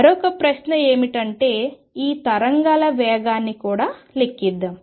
మరో ప్రశ్న ఏమిటంటే ఈ తరంగాల వేగాన్ని కూడా లెక్కిద్దాం